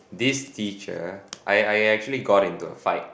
this teacher I I actually got into a fight